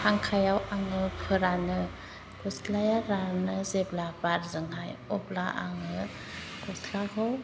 फांखायाव आङो फोरानो गस्लाया रानो जेब्ला बारजोंहाय अब्ला आङो गस्लाखौ